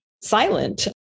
silent